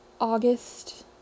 August